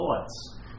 thoughts